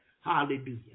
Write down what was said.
Hallelujah